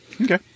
Okay